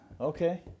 Okay